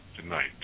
tonight